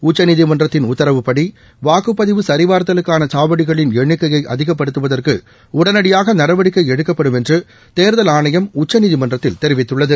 உச்சநீதிமன்றத்தின் உத்தரவுப்படி வாக்குப் பதிவு சரிபார்த்தலுக்கான சாவடிகளின் எண்ணிக்கையை அதிகப்படுத்துவதற்கு உடனடியாக நடவடிக்கை எடுக்கப்படும் என்று தேர்தல் ஆணையம் தெரிவித்துள்ளது